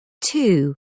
Two